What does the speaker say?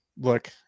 look